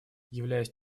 являясь